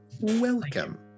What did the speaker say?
welcome